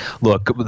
Look